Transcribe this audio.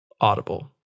Audible